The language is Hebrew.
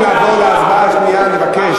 הוועדה למאבק בנגע הסמים.